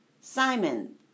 Simon